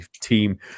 team